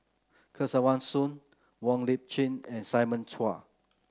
Kesavan Soon Wong Lip Chin and Simon Chua